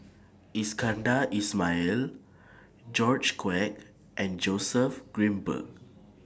Iskandar Ismail George Quek and Joseph Grimberg